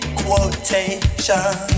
quotation